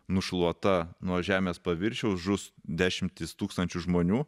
nušluota nuo žemės paviršiaus žus dešimtys tūkstančių žmonių